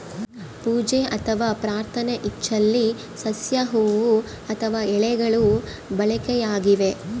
ಪೂಜೆ ಅಥವಾ ಪ್ರಾರ್ಥನೆ ಇಚ್ಚೆಲೆ ಸಸ್ಯ ಹೂವು ಅಥವಾ ಎಲೆಗಳು ಬಳಕೆಯಾಗಿವೆ